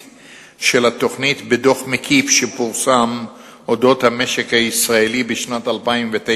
בדוח מקיף שפורסם על-אודות המשק הישראלי בשנת 2009,